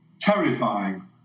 terrifying